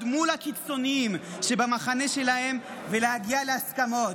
מול הקיצוניים שבמחנה שלהם ולהגיע להסכמות.